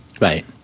Right